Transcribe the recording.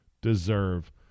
deserve